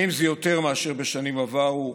האם זה יותר מאשר בשנים עברו?